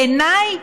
בעיניי,